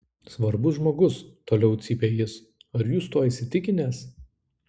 svarbus žmogus toliau cypė jis ar jūs tuo įsitikinęs